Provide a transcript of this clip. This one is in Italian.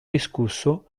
discusso